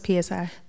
PSI